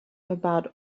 about